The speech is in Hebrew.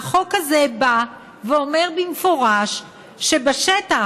והחוק הזה בא ואומר במפורש שלא